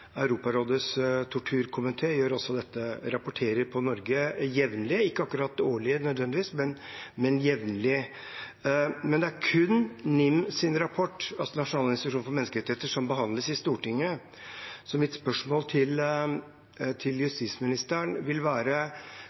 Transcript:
rapporterer også på Norge jevnlig, ikke akkurat årlig, nødvendigvis, men jevnlig. Men det er kun rapporten fra NIM – altså Norges nasjonale institusjon for menneskerettigheter – som behandles i Stortinget. Så mitt spørsmål til justisministeren vil være: